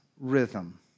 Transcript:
rhythm